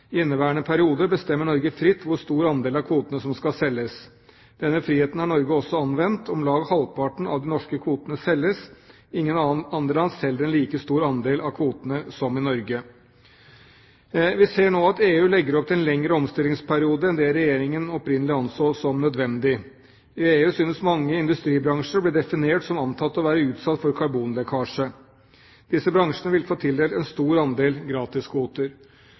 i inneværende periode, bestemmer Norge fritt hvor stor andel av kvotene som skal selges. Denne friheten har Norge også anvendt. Om lag halvparten av de norske kvotene selges. Ingen andre land selger like stor andel av kvotene som Norge. Vi ser nå at EU legger opp til en lengre omstillingsperiode enn det Regjeringen opprinnelig anså som nødvendig. I EU synes mange industribransjer å bli definert som antatt å være utsatt for karbonlekkasje. Disse bransjene vil få tildelt en stor andel